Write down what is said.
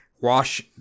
wash